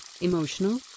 emotional